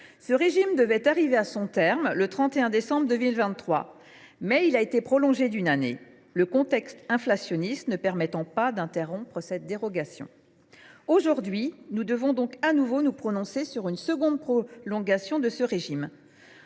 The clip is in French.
Ce régime devait arriver à son terme le 31 décembre 2023, mais il a été prolongé d’une année, le contexte inflationniste ne permettant pas d’interrompre cette dérogation. Aujourd’hui, nous devons donc nous prononcer de nouveau sur une prolongation de ce régime,